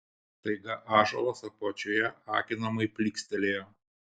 staiga ąžuolas apačioje akinamai plykstelėjo